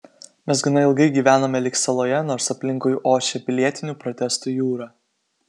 mes gana ilgai gyvenome lyg saloje nors aplinkui ošė pilietinių protestų jūra